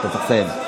ל-30 שניות.